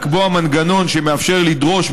לקבוע מנגנון שמאפשר לדרוש,